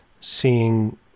seeing